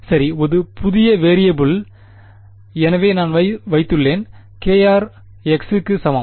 சரி ஒரு புதிய வேரியபில் எனவே நான் வைத்துள்ளேன் kr x க்கு சமம்